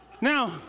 Now